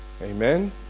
Amen